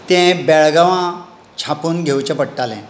तें बेळगांवां छापून घेवचें पडटालें